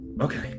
Okay